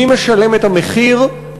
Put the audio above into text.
מי משלם את המחיר,